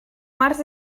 març